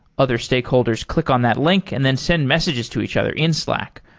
other stakeholders click on that link and then send messages to each other in slack,